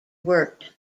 worked